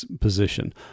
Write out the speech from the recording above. position